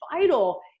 vital